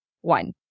One